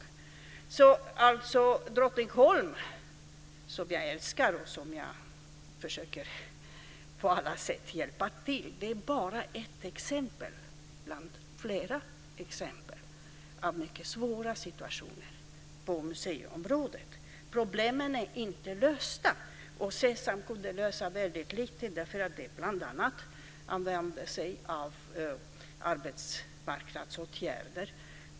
Drottningholm, som jag älskar och som jag försöker att på alla sätt hjälpa, är bara ett bland flera exempel på mycket svåra situationer på museiområdet. Problemen är inte lösta. Sesam kunde lösa väldigt lite, bl.a. därför att det använde sig av arbetsmarknadsåtgärder.